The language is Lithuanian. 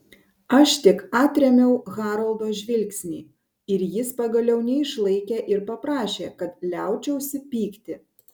aš tik atrėmiau haroldo žvilgsnį ir jis pagaliau neišlaikė ir paprašė kad liaučiausi pykti